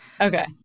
Okay